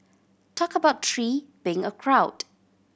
talk about three being a crowd